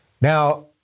Now